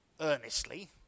earnestly